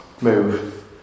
move